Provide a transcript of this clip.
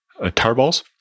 tarballs